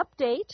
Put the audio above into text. update